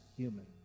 human